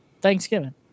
Thanksgiving